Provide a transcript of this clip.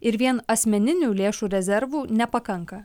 ir vien asmeninių lėšų rezervų nepakanka